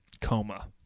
coma